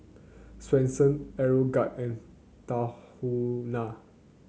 Swensens Aeroguard and Tahuna